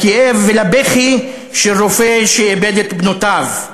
לכאב ולבכי של רופא שאיבד את בנותיו,